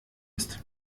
ist